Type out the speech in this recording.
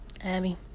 Abby